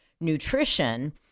nutrition